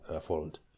fold